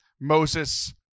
Moses